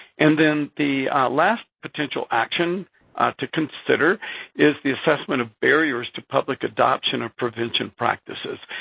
and then the last potential action to consider is the assessment of barriers to public adoption of prevention practices.